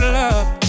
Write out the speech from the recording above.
love